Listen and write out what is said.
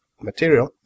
material